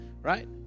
right